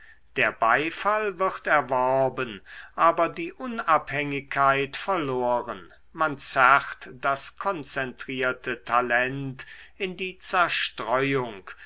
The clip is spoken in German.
der beifall wird erworben aber die unabhängigkeit verloren man zerrt das konzentrierte talent in die zerstreuung